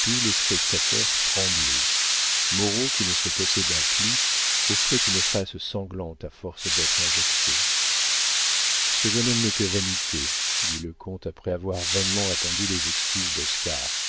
tous les spectateurs tremblaient moreau qui ne se possédait plus offrait une face sanglante à force d'être injectée ce jeune homme n'est que vanité dit le comte après avoir vainement attendu les excuses d'oscar